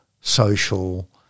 social